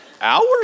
Hours